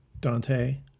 Dante